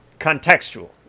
contextual